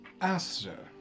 Aster